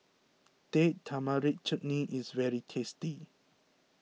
Date Tamarind Chutney is very tasty